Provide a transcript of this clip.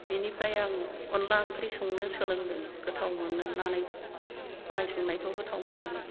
बिनिफ्राय आं अनला ओंख्रि संनो सोलोंदों गोथाव मोननानै मालाय संनायखौ गोथाव मोननानै